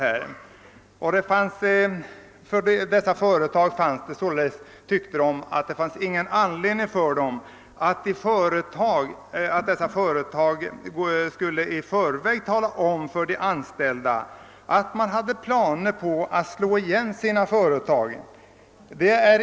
Ledningen för dessa företag menade att det inte fanns någon anledning att i förväg underrätta de anställda i de fall där man hade planer på att lägga ner verksamheten.